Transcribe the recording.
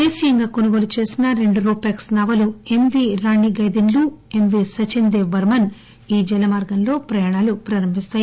దేశీయంగా కొనుగోలు చేసిన రెండు రూ ప్యాక్స్ నావలు M V Rani Gaidinliu MV Sachin Dev Burman జలమార్గంలో ప్రయాణాలు ప్రారంభిస్తాయి